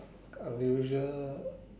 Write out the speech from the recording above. unusual